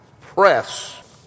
press